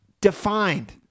Defined